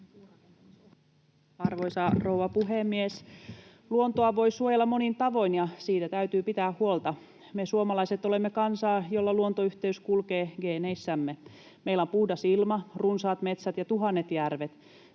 Arvoisa rouva puhemies! Luontoa voi suojella monin tavoin ja siitä täytyy pitää huolta. Me suomalaiset olemme kansaa, jolla luontoyhteys kulkee geeneissä. Meillä on puhdas ilma, runsaat metsät ja tuhannet järvet.